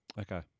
Okay